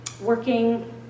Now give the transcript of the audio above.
Working